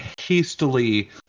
hastily